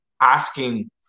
asking